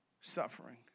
suffering